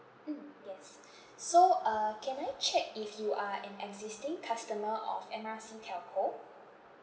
mm yes so uh can I check if you are an existing customer of M R C telco